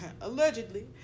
Allegedly